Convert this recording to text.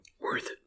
worth